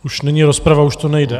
Už není rozprava, už to nejde.